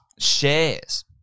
Shares